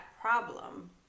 problem